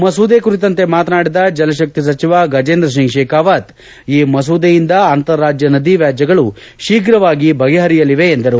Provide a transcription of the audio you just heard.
ಮಸೂದೆ ಕುರಿತಂತೆ ಮಾತನಾಡಿದ ಜಲಶಕ್ತಿ ಸಚಿವ ಗಜೇಂದ್ರ ಸಿಂಗ್ ಶೇಖಾವತ್ ಈ ಮಸೂದೆಯಿಂದ ಅಂತರ ರಾಜ್ಯ ನದಿ ವ್ಯಾಜ್ಯಗಳು ಶೀಫ್ರವಾಗಿ ಬಗೆಹರಿಯುತ್ತವೆ ಎಂದರು